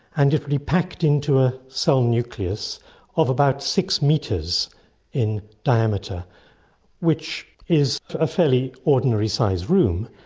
and it would be packed into a cell nucleus of about six metres in diameter which is a fairly ordinary sized room.